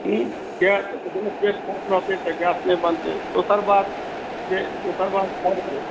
किए तऽ जखने पेट साफ रहतै तऽ गैस नहि बनतै ओकर बाद जे खाइ छै